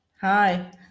hi